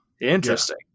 Interesting